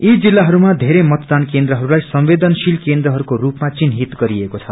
यी जिल्लाहरूमा धेरै मतदान केन्द्रहरूलाई संवंदनशील केन्द्रहरूको रूपमा चिन्हित गरिएको छ